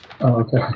okay